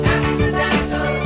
accidental